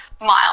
mile